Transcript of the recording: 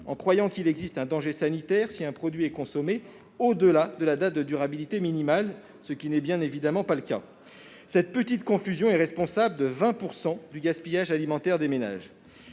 pensant qu'il existe un danger sanitaire si un produit est consommé au-delà de la date de durabilité minimale, ce qui n'est bien évidemment pas le cas. Cette petite confusion est responsable de 20 % du gaspillage alimentaire des ménages.